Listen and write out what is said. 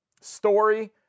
Story